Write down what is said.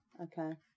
Okay